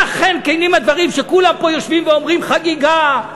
אם אכן כנים הדברים שכולם פה יושבים ואומרים: חגיגה,